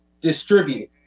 Distribute